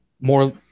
more